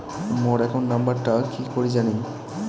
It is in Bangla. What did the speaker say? মোর একাউন্ট নাম্বারটা কি করি জানিম?